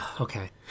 okay